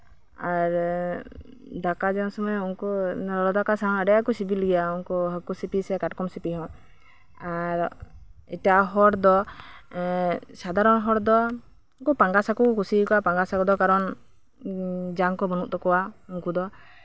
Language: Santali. ᱟᱨ ᱫᱟᱠᱟ ᱡᱚᱢ ᱥᱚᱢᱚᱭ ᱞᱚᱞᱚ ᱫᱟᱠᱟ ᱥᱟᱶ ᱟᱹᱰᱤ ᱟᱸᱴ ᱠᱚ ᱥᱤᱵᱤᱞ ᱜᱮᱭᱟ ᱦᱟᱹᱠᱩ ᱥᱤᱯᱤ ᱥᱮ ᱠᱟᱴᱠᱚᱢ ᱥᱤᱯᱤ ᱦᱚᱸ ᱟᱨ ᱮᱴᱟᱜ ᱦᱚᱲ ᱫᱚ ᱥᱟᱫᱷᱟᱨᱚᱱ ᱦᱚᱲ ᱫᱚ ᱯᱟᱸᱜᱟᱥ ᱦᱟᱹᱠᱩ ᱠᱚ ᱠᱩᱥᱤ ᱟᱠᱚᱣᱟ ᱯᱟᱸᱜᱟᱥ ᱦᱟᱹᱠᱩ ᱫᱚ ᱠᱟᱨᱚᱱ ᱡᱟᱝ ᱠᱚ ᱵᱟᱹᱱᱩᱜ ᱛᱟᱠᱚᱣᱟ